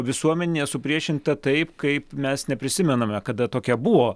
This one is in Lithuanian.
visuomenė supriešinta taip kaip mes neprisimename kada tokia buvo